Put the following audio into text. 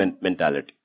mentality